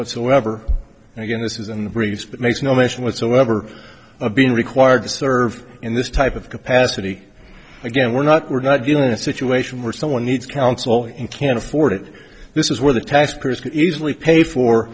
whatsoever and again this is in the briefs but makes no mention whatsoever of being required to serve in this type of capacity again we're not we're not given a situation where someone needs counsel in can't afford it this is where the taxpayers could easily pay for